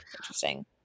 interesting